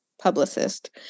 publicist